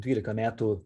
dvylika metų